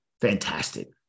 fantastic